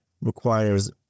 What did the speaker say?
requires